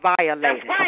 violated